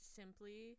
simply